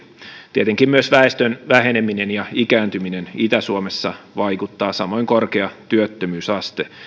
tietenkin myös väestön väheneminen ja ikääntyminen itä suomessa vaikuttavat samoin korkea työttömyysaste